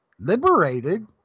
liberated